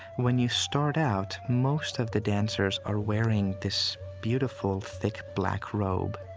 when you start out, most of the dancers are wearing this beautiful, thick black robe.